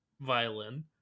violin